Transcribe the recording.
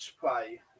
play